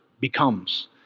becomes